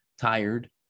tired